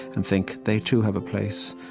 and think, they too have a place.